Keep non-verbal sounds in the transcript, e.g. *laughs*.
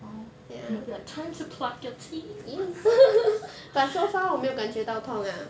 oh my god time to pluck your teeth *laughs*